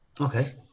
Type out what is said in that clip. Okay